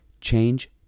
Change